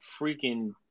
freaking